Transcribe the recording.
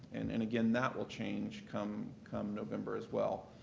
and and again, that will change come come november as well.